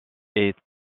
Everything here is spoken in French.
est